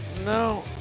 No